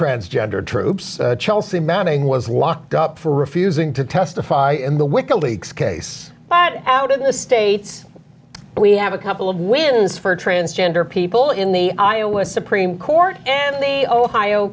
transgender troops chelsea manning was locked up for refusing to testify in the wiki leaks case but out in the states we have a couple of wins for transgender people in the iowa supreme court and the ohio